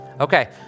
Okay